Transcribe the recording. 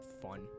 fun